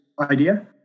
idea